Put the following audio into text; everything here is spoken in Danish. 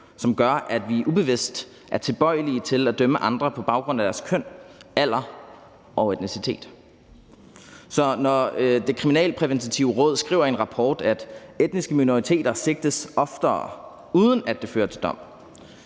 som gør, at vi ubevidst er tilbøjelige til at dømme andre på baggrund af deres køn, alder og etnicitet. Så når Det Kriminalpræventive Råd skriver i en rapport, at etniske minoriteter oftere sigtes, uden at det fører til dom,